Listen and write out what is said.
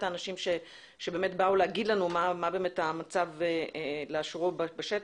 האנשים שבאו להגיד לנו מה המצב לאשורו בשטח.